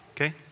Okay